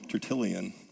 Tertullian